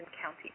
County